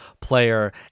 player